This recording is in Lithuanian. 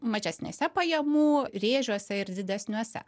mažesnėse pajamų rėžiuose ir didesniuose